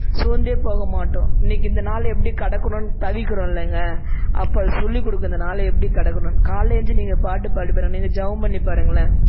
சோர்ந்தே போக மாட்டோம் இன்றைக்கி இந்த நாள் எப்படி கடக்கணும்னு தவிக்கிறோம் இல்லைங்க அப்போ அது சொல்லிக்கொடுக்கும் இந்த நாளை எப்படி கடக்கணும்னு காலையில் எழுந்திச்சி நீங்கள் பாட்டு பாருங்க நீங்கள் ஜெபம் பண்ணி பாருங்களேன்